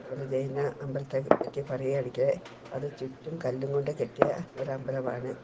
അതേപോലെ ജെയ്ന അമ്പലത്തെ പറ്റി പറയുവാണെങ്കിൽ അത് ചുറ്റും കല്ലും കൊണ്ട് കെട്ടിയ ഒരു അമ്പലമാണ്